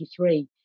1983